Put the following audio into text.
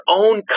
own